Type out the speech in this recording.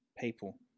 people